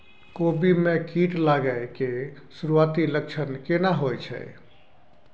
कोबी में कीट लागय के सुरूआती लक्षण केना होय छै